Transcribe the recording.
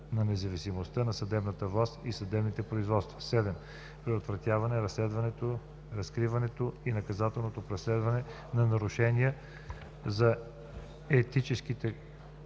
на независимостта на съдебната власт и съдебните производства; 7. предотвратяването, разследването, разкриването и наказателното преследване на нарушения на етичните